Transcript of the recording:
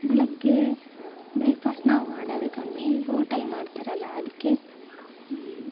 ಬೆಳಗ್ಗೆ ಬ್ರೇಕ್ಫಾಸ್ಟ್ ನಾವು ಮಾಡೋದು ಕಮ್ಮಿ ಓಟಲ್ ಮಾಡ್ತಾರಲ್ಲ ಅದಕ್ಕೆ ಹ್ಞೂ